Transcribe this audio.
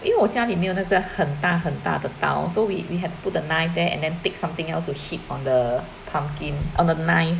因为我家里没有那个很大很大的刀 so we we have put the knife there and then take something else to hit on the pumpkin on the knife